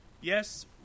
Yes